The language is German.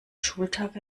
schultag